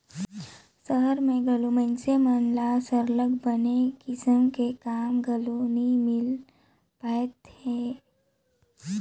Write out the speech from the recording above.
सहर में घलो मइनसे मन ल सरलग बने किसम के काम घलो नी मिल पाएत हे